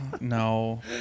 No